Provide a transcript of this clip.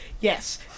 yes